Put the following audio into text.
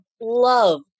love